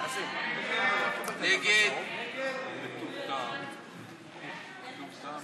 ההסתייגות